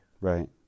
Right